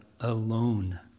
alone